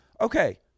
okay